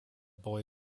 boy